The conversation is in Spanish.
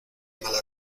mala